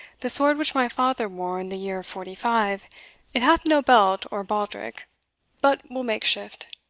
the sword which my father wore in the year forty-five it hath no belt or baldrick but we'll make shift.